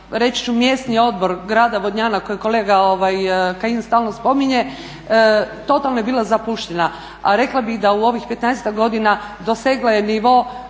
reći ću mjesni odbor Grada Vodnjana koji kolega Kajin stalno spominje, totalno je bila zapuštena. A rekla bih da u ovih petnaesta godina dosegla je nivo